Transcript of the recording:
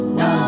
no